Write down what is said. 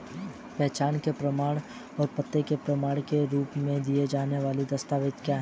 पहचान के प्रमाण और पते के प्रमाण के रूप में दिए जाने वाले दस्तावेज क्या हैं?